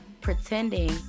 pretending